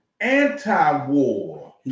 anti-war